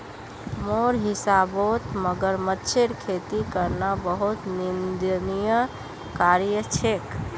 मोर हिसाबौत मगरमच्छेर खेती करना बहुत निंदनीय कार्य छेक